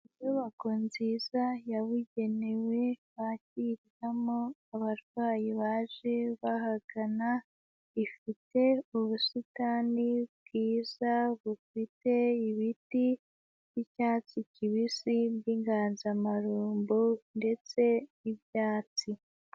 Inyubako nziza yabugenewe bakiriramo abarwayi baje bahagana, ifite ubusitani bwiza bufite ibiti by'icyatsi kibisi by'inganzamarumbo ndetse n'ibyatsi.